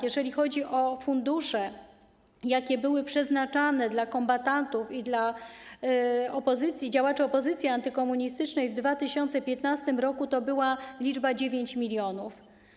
Jeżeli chodzi o fundusze, jakie były przeznaczane dla kombatantów i dla działaczy opozycji antykomunistycznej w 2015 r., to była liczba 9 mln.